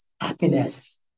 happiness